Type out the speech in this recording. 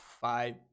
five